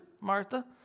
Martha